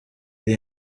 iri